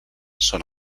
són